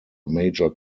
major